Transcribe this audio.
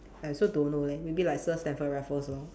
I also don't know leh maybe like sir Stamford Raffles lor